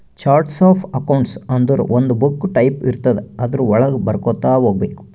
charts of accounts ಅಂದುರ್ ಒಂದು book type ಇರ್ತುದ್ ಅದುರ್ ವಳಾಗ ಬರ್ಕೊತಾ ಹೋಗ್ಬೇಕ್